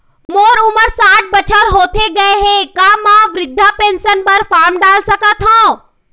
मोर उमर साठ बछर होथे गए हे का म वृद्धावस्था पेंशन पर फार्म डाल सकत हंव?